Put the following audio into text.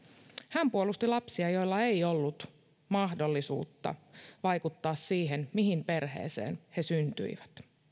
hän puolusti lapsia joilla ei ollut mahdollisuutta vaikuttaa siihen mihin perheeseen he syntyivät